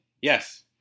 Yes